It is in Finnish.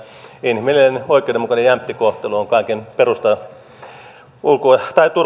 inhimillinen oikeudenmukainen jämpti kohtelu on kaiken perusta